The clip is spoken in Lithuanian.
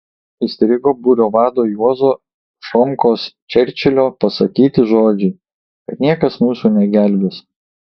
įstrigo būrio vado juozo šomkos čerčilio pasakyti žodžiai kad niekas mūsų negelbės